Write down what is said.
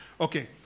okay